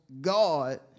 God